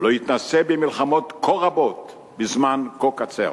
לא התנסה במלחמות כה רבות בזמן כה קצר.